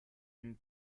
une